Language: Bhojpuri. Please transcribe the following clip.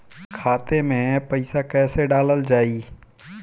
खाते मे पैसा कैसे डालल जाई?